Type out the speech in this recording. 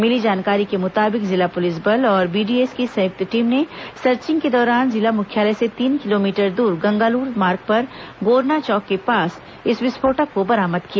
मिली जानकारी के मुताबिक जिला पुलिस बल और बीडीएस की संयुक्त टीम ने सर्चिंग के दौरान जिला मुख्यालय से तीन किलोमीटर दूर गंगालूर मार्ग पर गोरना चौक के पास इस विस्फोटक को बरामद किया